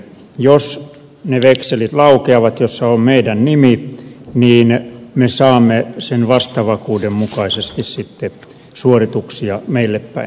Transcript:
jos ne vekselit laukeavat joissa on meidän nimemme niin me saamme sen vastavakuuden mukaisesti sitten suorituksia meille päin